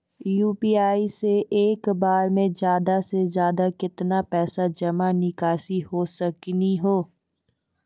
UPI से एक बार मे ज्यादा से ज्यादा केतना पैसा जमा निकासी हो सकनी हो?